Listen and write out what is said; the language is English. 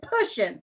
pushing